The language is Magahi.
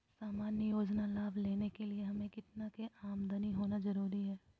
सामान्य योजना लाभ लेने के लिए हमें कितना के आमदनी होना जरूरी है?